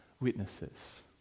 witnesses